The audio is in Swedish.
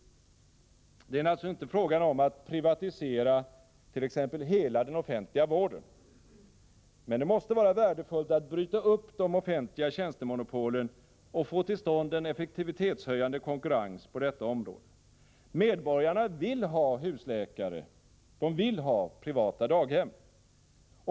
Det är naturligtvis inte fråga om att privatisera t.ex. hela den offentliga vården. Men det måste vara värdefullt att bryta upp de offentliga tjänstemonopolen och få till stånd en effektivitetshöjande konkurrens på detta område. Medborgarna vill ha husläkare, och de vill ha privata daghem.